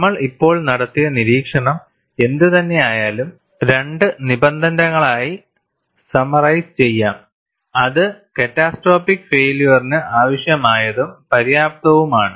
നമ്മൾ ഇപ്പോൾ നടത്തിയ നിരീക്ഷണം എന്തുതന്നെയായാലും രണ്ട് നിബന്ധനകളായി സമ്മെറൈസ് ചെയ്യാം അത് ക്യാറ്റസ്ട്രോപ്പിക് ഫൈയില്യർന് ആവശ്യമായതും പര്യാപ്തവുമാണ്